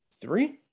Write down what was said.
three